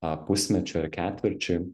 a pusmečiui ar ketvirčiui